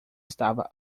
estava